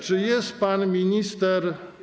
Czy jest pan minister?